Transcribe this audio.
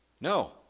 No